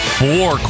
four